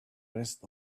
rest